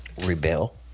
rebel